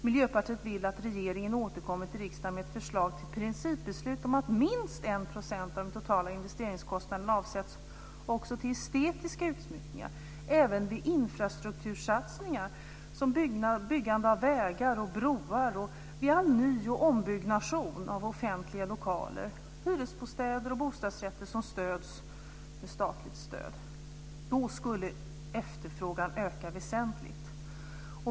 Miljöpartiet vill att regeringen återkommer till riksdagen med ett förslag till principbeslut om att minst 1 % av den totala investeringskostnaden avsätts till estetiska utsmyckningar även vid infrastruktursatsningar som byggande av vägar och broar och vid all ny och ombyggnation av offentliga lokaler och av hyresbostäder och bostadsrätter med statligt stöd. Då skulle efterfrågan öka väsentligt.